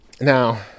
Now